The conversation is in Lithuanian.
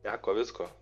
teko visko